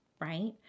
right